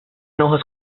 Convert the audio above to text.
hojas